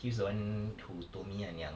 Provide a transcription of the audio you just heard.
he was the one who told me kan yang